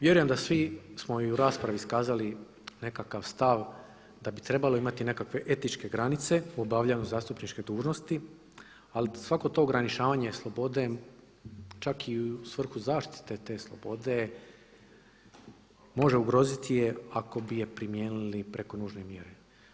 Vjerujem da svi smo i u raspravi iskazali nekakav stav, da bi trebalo imati i nekakve etičke granice u obavljanju zastupničke dužnosti, ali svako to ograničavanje slobode čak i u svrhu zaštite te slobode može ugroziti je ako bi je primijenili preko nužne mjere.